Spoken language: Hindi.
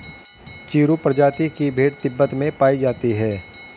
चिरु प्रजाति की भेड़ तिब्बत में पायी जाती है